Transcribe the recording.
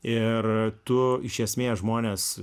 ir tu iš esmės žmones